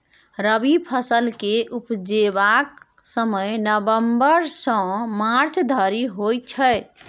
रबी फसल केँ उपजेबाक समय नबंबर सँ मार्च धरि होइ छै